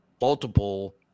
multiple